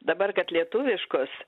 dabar kad lietuviškos